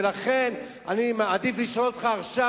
לכן אני מעדיף לשאול אותך עכשיו,